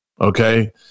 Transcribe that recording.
okay